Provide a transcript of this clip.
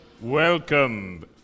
Welcome